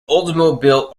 oldsmobile